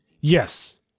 yes